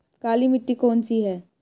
काली मिट्टी कौन सी है?